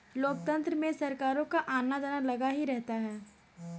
लोकतंत्र में सरकारों का आना जाना लगा ही रहता है